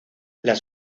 las